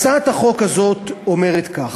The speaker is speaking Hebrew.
הצעת החוק הזאת אומרת כך: